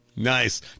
Nice